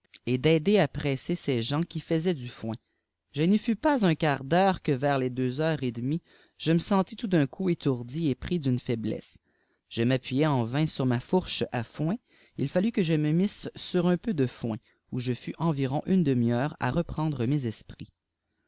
et d'aider à presser ses gens qui faisaient du foin je n'y fus pas un quart d'heure que vers les deux heures et demie je me sentis tout d'un coup étourdi et pris d'une faiblesse je m'appuyais en vain sur ma fourché à foin il fallut que je me misse sur un peu'de foin où je ftis environ une demi-heure à reprendre mes esprits